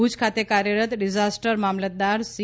ભુજ ખાતે કાર્યરત ડિઝાસ્ટર મામલતદાર સી